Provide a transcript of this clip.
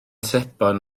sebon